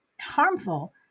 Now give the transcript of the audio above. harmful